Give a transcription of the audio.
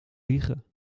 liegen